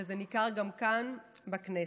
וזה ניכר גם כאן בכנסת.